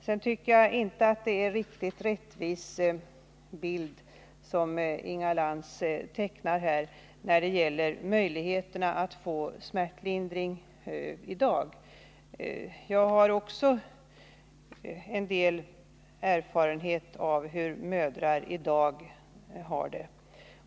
Sedan tycker jag inte att det är en rättvis bild som Inga Lantz tecknar av möjligheterna att få smärtlindring i dag. Jag har också en del erfarenhet av hur mödrar i dag har det.